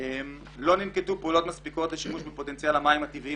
לא ננקטו פעולות מספיקות לשימוש בפוטנציאל המים הטבעיים